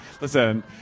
Listen